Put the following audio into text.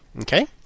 Okay